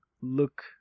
look